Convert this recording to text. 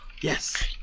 yes